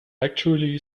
actually